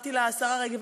אמרתי לה: השרה רגב,